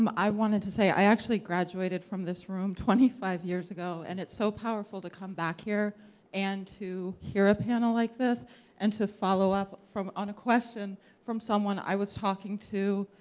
um i wanted to say i actually graduated from this room twenty five years ago. and it's so powerful to come back here and to hear a panel like this and to follow up on a question from someone i was talking to.